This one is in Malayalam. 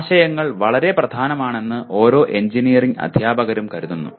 ആശയങ്ങൾ വളരെ പ്രധാനമാണെന്ന് ഓരോ എഞ്ചിനീയറിംഗ് അധ്യാപകരും കരുതുന്നു